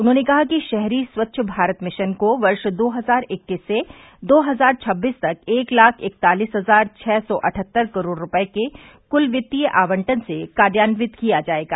उन्होंने कहा कि शहरी स्वच्छ भारत मिशन को वर्ष दो हजार इक्कीस से दो हजार छब्बीस तक एक लाख इकतालीस हजार छः सौ अठहत्तर करोड़ रूपए के कुल वित्तीय आवंटन से कार्यान्वित किया जाएगा